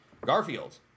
Garfield